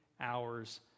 hours